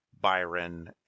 Byron